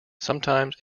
sometimes